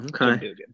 Okay